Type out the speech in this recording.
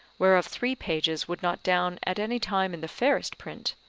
whereof three pages would not down at any time in the fairest print,